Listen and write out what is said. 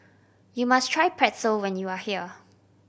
you must try Pretzel when you are here